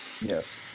Yes